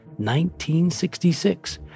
1966